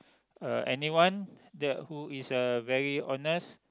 uh anyone that who is uh very honest